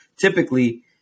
typically